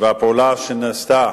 והפעולה שנעשתה